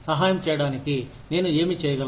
సహాయం చేయడానికి నేను ఏమి చేయగలను